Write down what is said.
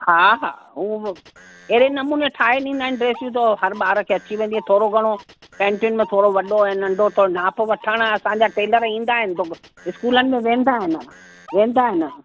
हा हा हू बि अहिड़े नमूने ठाहे ॾींदा आहिनि ड्रेसियूं जो हर ॿार खे अची वेंदी आहे थोरो घणो पेंटिन में थोरो वॾो ऐं नंढो थोरो नाप वठणु असांजा टेलर ईंदा आहिनि दुक स्कूलनि में वेंदा आहिनि वेंदा आहिनि